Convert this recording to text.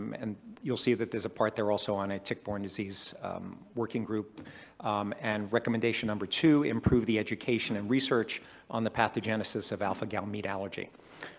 um and you'll see that there's a part there also on a tick-borne disease working group and recommendation number two, improve the education and research on the pathogenesis of alpha-gal meat allergy.